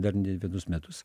dar ne vienus metus